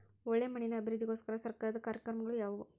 ಒಳ್ಳೆ ಮಣ್ಣಿನ ಅಭಿವೃದ್ಧಿಗೋಸ್ಕರ ಸರ್ಕಾರದ ಕಾರ್ಯಕ್ರಮಗಳು ಯಾವುವು?